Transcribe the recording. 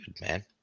man